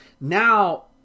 Now